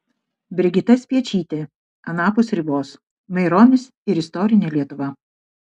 brigita speičytė anapus ribos maironis ir istorinė lietuva